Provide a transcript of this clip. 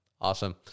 Awesome